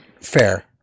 Fair